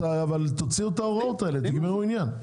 תוציאו את ההוראות האלו ותגמרו את העניין.